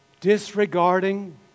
disregarding